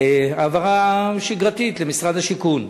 העברה שגרתית למשרד השיכון.